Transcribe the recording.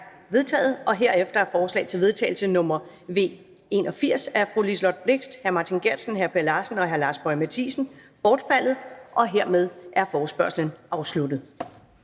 vedtaget. Herefter er forslag til vedtagelse nr. V 81 af Liselott Blixt (DF), Martin Geertsen (V), Per Larsen (KF) og Lars Boje Mathiesen (NB) bortfaldet. Hermed er forespørgslen afsluttet.